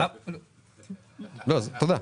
תודה.